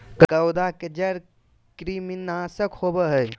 करौंदा के जड़ कृमिनाशक होबा हइ